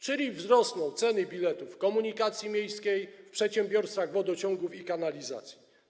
Czyli wzrosną ceny biletów komunikacji miejskiej, ceny w przedsiębiorstwach wodociągów i kanalizacji.